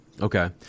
Okay